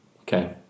Okay